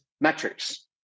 metrics